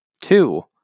Two